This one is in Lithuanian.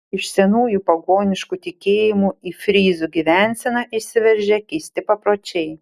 iš senųjų pagoniškų tikėjimų į fryzų gyvenseną įsiveržė keisti papročiai